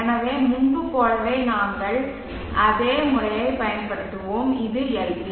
எனவே முன்பு போலவே நாங்கள் அதே முறையைப் பயன்படுத்துவோம் இது LP